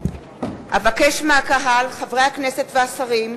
אבקש מהקהל, חברי הכנסת והשרים,